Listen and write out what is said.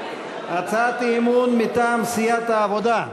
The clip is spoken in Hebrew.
הצעת אי-אמון מטעם סיעת העבודה: